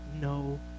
no